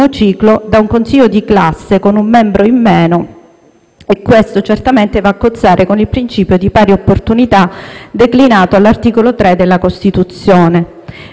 ciclo da un consiglio di classe con un membro in meno e questo certamente va a cozzare con il principio di pari opportunità declinato all'articolo 3 della Costituzione.